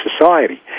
society